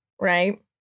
right